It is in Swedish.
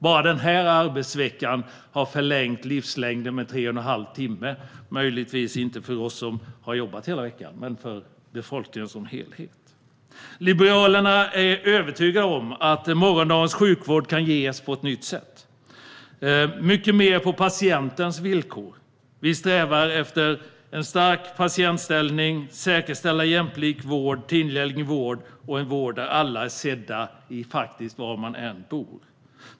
Bara den här arbetsveckan har förlängt livslängden med tre och en halv timme, möjligtvis inte för oss som har jobbat hela veckan, men för befolkningen som helhet. Liberalerna är övertygade om att morgondagens sjukvård kan ges på ett nytt sätt och mycket mer på patientens villkor. Vi strävar efter en stark patientställning. Vi strävar efter att säkerställa jämlik vård, tillgänglig vård och en vård där alla är sedda, var man än bor.